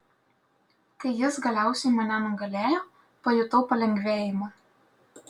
kai jis galiausiai mane nugalėjo pajutau palengvėjimą